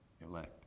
elect